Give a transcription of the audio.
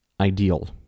ideal